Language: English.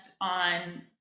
on